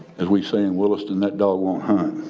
as we say in williston, that dog won't hunt.